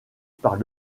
par